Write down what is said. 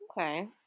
Okay